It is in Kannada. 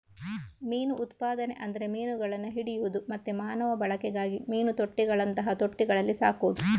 ಮೀನು ಉತ್ಪಾದನೆ ಅಂದ್ರೆ ಮೀನುಗಳನ್ನ ಹಿಡಿಯುದು ಮತ್ತೆ ಮಾನವ ಬಳಕೆಗಾಗಿ ಮೀನು ತೊಟ್ಟಿಗಳಂತಹ ತೊಟ್ಟಿಗಳಲ್ಲಿ ಸಾಕುದು